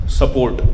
support